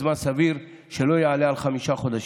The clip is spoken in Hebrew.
זמן סביר שלא יעלה על חמישה חודשים.